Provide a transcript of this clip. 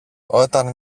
όταν